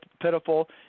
pitiful